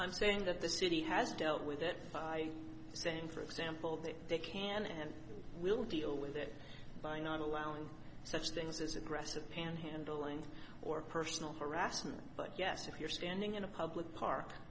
i'm saying that the city has dealt with it by saying for example that they can and will deal with it by not allowing such things as aggressive pan handling or personal harassment but yes if you're standing in a public park